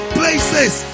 places